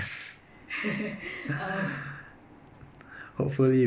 err doesn't matter lah I think I just want to